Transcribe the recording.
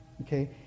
okay